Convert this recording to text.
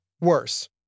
worse